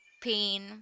pain